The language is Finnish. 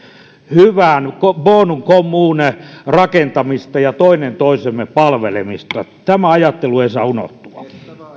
hyvän bonum communen rakentamista ja toinen toisemme palvelemista tämä ajattelu ei saa unohtua